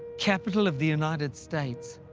capitol of the united states,